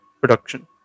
production